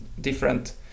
different